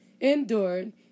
endured